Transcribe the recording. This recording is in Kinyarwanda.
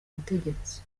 butegetsi